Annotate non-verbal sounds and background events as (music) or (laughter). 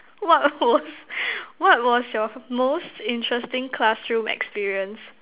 what was (noise) what was your most interesting classroom experience